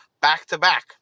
back-to-back